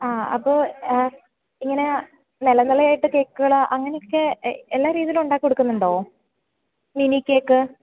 ആ അപ്പോള് ഇങ്ങനെ നില നിലയായിട്ട് കേക്കുകള് അങ്ങനെയൊക്കെ എല്ലാ രീതിയിലും ഉണ്ടാക്കിക്കൊടുക്കുന്നുണ്ടോ മിനി കേക്ക്